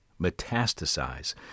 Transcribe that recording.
metastasize